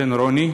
הבן רוני,